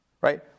Right